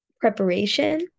preparation